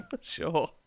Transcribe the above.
sure